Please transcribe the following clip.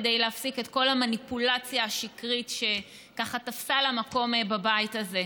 כדי להפסיק את כל המניפולציה השקרית שככה תפסה לה מקום בבית הזה.